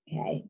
Okay